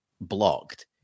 blocked